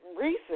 recent